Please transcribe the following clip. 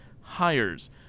hires